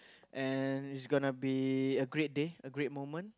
and is gonna be a great day a great moment